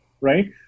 right